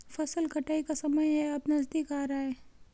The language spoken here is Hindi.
फसल कटाई का समय है अब नजदीक आ रहा है